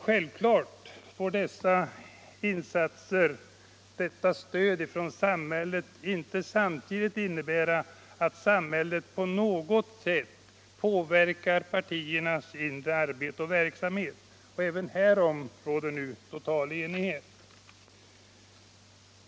Självklart får detta stöd från samhället inte samtidigt innebära att samhället på något sätt påverkar partiernas inre arbete och verksamhet. Även härom råder full enighet.